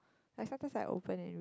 like sometimes I open it and read